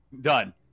Done